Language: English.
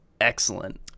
excellent